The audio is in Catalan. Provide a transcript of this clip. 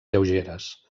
lleugeres